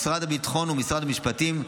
משרד הביטחון ומשרד המשפטים.